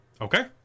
Okay